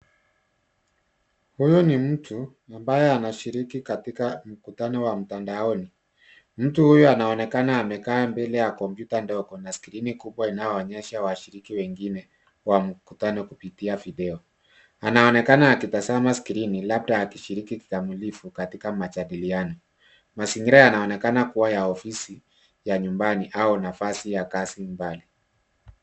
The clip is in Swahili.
Huyo ni mtu ambaye anashiriki katika mkutano wa mtandaoni. Mtu huyu anaonekana amekaa mbele ya kompyuta ndogo na skrini kibwa inayoonyesha washiriki wengine wa mkutano kupitia video. Anaonekna akitazama skrini labda akishiriki kikamilifu katika majadiliano. Mazingira yanaonekana kuwa ya ofisi, ya nyumba ni au nafasi ya kazi mbali.